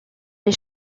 les